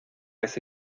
ese